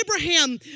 Abraham